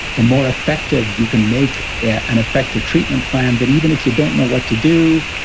the more effective you can make an effective treatment plan, that even if you don't know what to do,